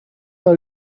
are